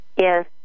Yes